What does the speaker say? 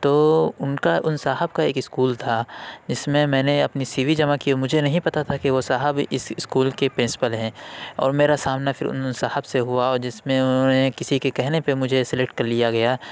تو اُن کا اُن صاحب کا ایک اسکول تھا جس میں میں نے اپنی سی وی جمع کیے مجھے نہیں پتا تھا کہ وہ صاحب اِس اسکول کے پرنسپل ہیں اور میرا سامنا پھر اُن صاحب سے ہُوا اور جس میں اُنہوں نے کسی کے کہنے پہ مجھے سلیکٹ کر لیا گیا